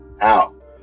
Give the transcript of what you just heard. out